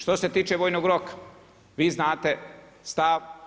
Što se tiče vojnog roka vi znate stav.